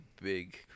big